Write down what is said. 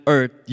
Earth